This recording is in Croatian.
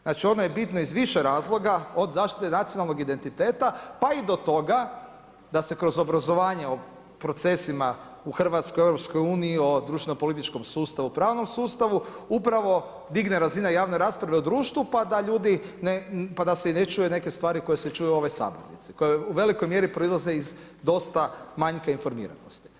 Znači ono je bitno iz više razloga, od zaštite nacionalnoga identiteta pa i do toga da se kroz obrazovanje o procesima u Hrvatskoj, u EU-u o društveno-političkom sustavu, u pravom sustavu, upravo digne razina javne rasprave u društvu, pa da se i ne čuju neke stvari koje se čuju u ovoj sabornici koje u velikoj mjeri proizlaze iz dosta majska informiranosti.